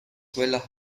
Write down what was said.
quella